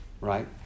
right